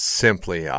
simply